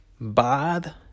bad